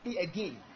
again